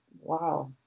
wow